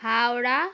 Howrah